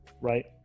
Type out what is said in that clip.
right